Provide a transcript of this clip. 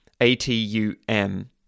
A-T-U-M